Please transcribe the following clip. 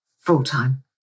full-time